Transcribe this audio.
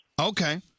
Okay